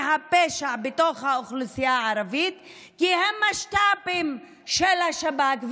הפשע בתוך האוכלוסייה הערבית זה כי הם משת"פים של השב"כ,